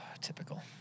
Typical